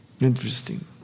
Interesting